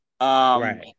right